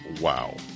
wow